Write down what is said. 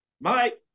Mike